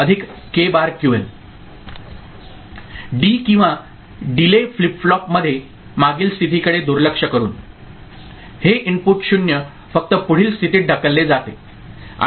D किंवा delay flip फ्लॉपमध्ये मागील स्थितीकडे दुर्लक्ष करून हे इनपुट 0 फक्त पुढील स्थितीत ढकलले जाते